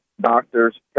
doctors